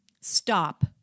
stop